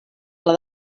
pla